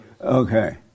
Okay